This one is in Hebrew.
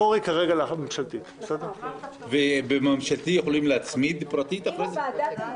בממשלתית יכולים להצמיד את הפרטית אחרי זה?